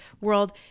world